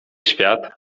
świat